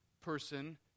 person